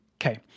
Okay